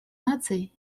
наций